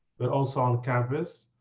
but also on campus,